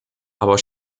aber